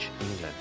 England